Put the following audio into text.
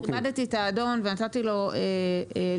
כיבדתי את האדון ונתתי לו להתייחס.